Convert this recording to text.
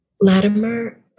Latimer